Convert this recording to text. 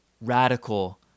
radical